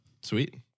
Sweet